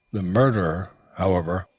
the murderer, however,